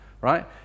right